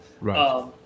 Right